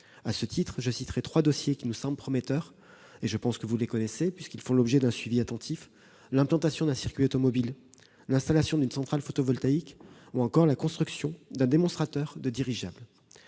À ce titre, je citerais trois dossiers qui nous semblent prometteurs- je pense que vous les connaissez puisqu'ils font l'objet d'un suivi attentif -: l'implantation d'un circuit automobile, l'installation d'une centrale photovoltaïque ou encore la construction d'un démonstrateur de dirigeables.